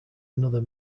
another